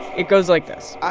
it goes like this